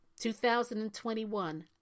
2021